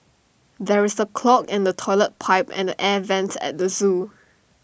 there is A clog in the Toilet Pipe and the air Vents at the Zoo